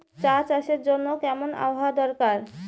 চা চাষের জন্য কেমন আবহাওয়া দরকার?